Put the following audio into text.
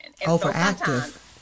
Overactive